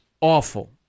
awful